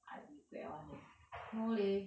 I regret [one] leh no leh